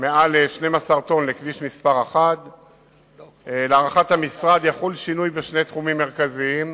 מעל 12 טון לכביש מס' 1. להערכת המשרד יחול שינוי בשני תחומים מרכזיים.